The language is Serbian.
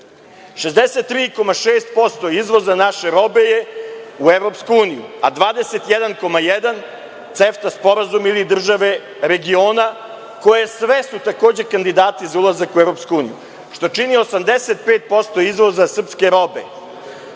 63,6% izvoza naše robe je u EU, a 21,1% CEFT-a sporazum ili države regiona, koje su sve takođe kandidati za ulazak u EU, što čini 85% izvoza srpske robe.